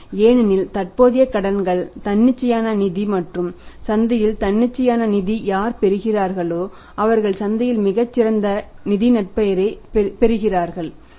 ஏனெனில் தற்போதைய கடன்கள் தன்னிச்சையான நிதி மற்றும் சந்தையில் தன்னிச்சையான நிதி யார் பெறுகிறார்களோ அவர்கள் சந்தையில் மிகச் சிறந்த நிதி நற்பெயரைப் பெறுகிறார்கள்